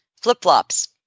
flip-flops